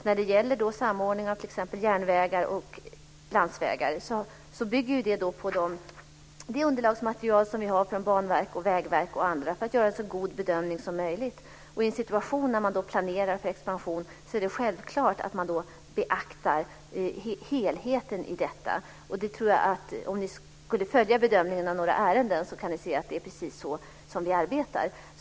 När det gäller samordning av t.ex. järnvägar och landsvägar bygger man på det underlagsmaterial som vi har från Banverket, Vägverket och andra för att kunna göra en så god bedömning som möjligt, och i en situation när man planerar för expansion är det självklart att man beaktar helheten. Om ni skulle följa bedömningen av några ärenden skulle ni kunna se att det är precis så som vi arbetar.